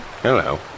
Hello